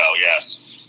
yes